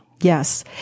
Yes